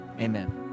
Amen